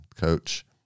coach